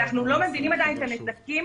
אנחנו לא מבינים עדיין את הנזקים